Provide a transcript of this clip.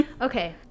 Okay